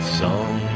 song